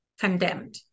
condemned